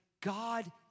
God